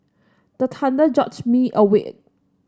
the thunder jolt me awake